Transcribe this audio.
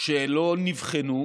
שלא נבחנו,